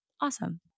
awesome